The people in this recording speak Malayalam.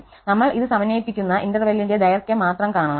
നമ്മൾ ഇത് സമന്വയിപ്പിക്കുന്ന ഇന്റർവെല്ലിന്റെ ദൈർഘ്യം മാത്രം കാണണം